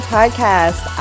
Podcast